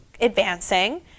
advancing